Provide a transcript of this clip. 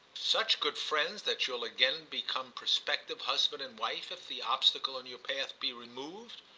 such good friends that you'll again become prospective husband and wife if the obstacle in your path be removed?